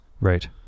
Right